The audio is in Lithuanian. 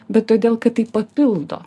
bet todėl kad tai papildo